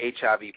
HIV